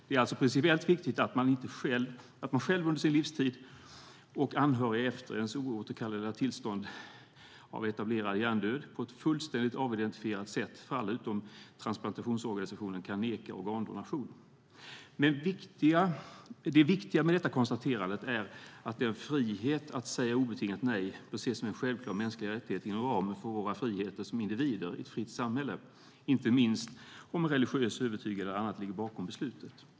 Det är alltså principiellt viktigt att man själv under sin livstid, och anhöriga efter ens oåterkalleliga tillstånd av etablerad hjärndöd, på ett fullständigt avidentifierat sätt inom ramen för transplantationsorganisationen kan neka organdonation. Det viktiga med detta konstaterande är att vi har frihet att säga obetingat nej, och det bör ses som en självklar mänsklig rättighet inom ramen för våra friheter som individer i ett fritt samhälle, inte minst om religiös övertygelse eller annat ligger bakom beslutet.